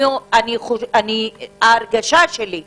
ההרגשה שלי,